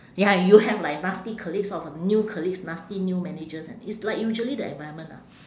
ya you have like nasty colleagues or new colleagues nasty new managers and it's like usually the environment ah